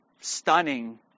stunning